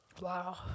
Wow